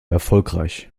erfolgreich